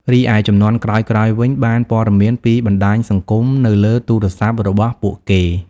រីឯជំនាន់ក្រោយៗវិញបានព័ត៌មានពីបណ្ដាញសង្គមនៅលើទូរស័ព្ទរបស់ពួកគេ។